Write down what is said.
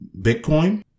Bitcoin